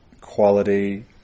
quality